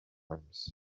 arms